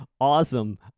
awesome